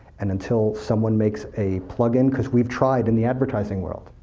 and until someone makes a plug-in because we've tried, in the advertising world.